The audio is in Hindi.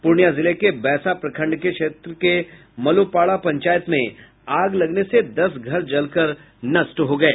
पूर्णिया जिले के बैसा प्रखंड के क्षेत्र के मलोपाड़ा पंचायत में आग लगने से दस घर जलकर नष्ट हो गये